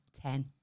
Ten